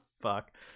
fuck